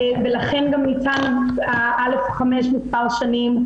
ולכן גם ניתן א5- מספר שנים.